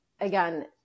Again